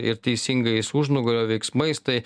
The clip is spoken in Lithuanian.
ir teisingais užnugario veiksmais tai